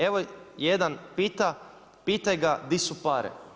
Evo jedan pita, pitaj ga di su pare?